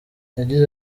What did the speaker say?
yagize